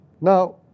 Now